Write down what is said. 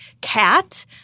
cat